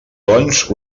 doncs